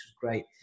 great